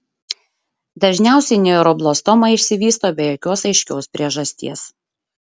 dažniausiai neuroblastoma išsivysto be jokios aiškios priežasties